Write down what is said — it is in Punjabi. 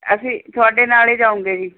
ਅਸੀਂ ਤੁਹਾਡੇ ਨਾਲ ਏ ਜਾਉਂਗੇ ਜੀ